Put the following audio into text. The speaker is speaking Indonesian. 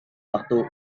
waktu